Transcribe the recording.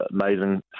amazing